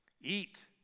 Eat